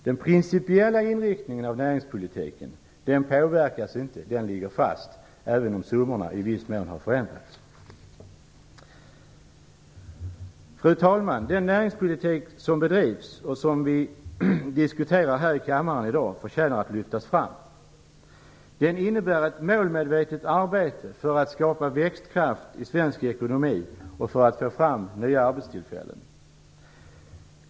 Den principiella inriktningen av näringspolitiken påverkas inte utan ligger fast, även om summorna i viss mån har förändrats. Fru talman! Den näringspolitik som bedrivs och som vi diskuterar här i kammaren i dag förtjänar att lyftas fram. Den innebär ett målmedvetet arbete för att skapa växtkraft i svensk ekonomi och för att skapa nya arbetstillfällen.